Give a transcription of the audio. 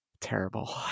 terrible